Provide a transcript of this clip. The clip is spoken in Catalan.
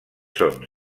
són